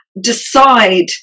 decide